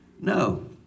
No